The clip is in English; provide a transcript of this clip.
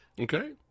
Okay